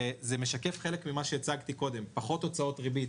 זה משקף חלק ממה שהצגתי קודם לכן: פחות הוצאות ריבית,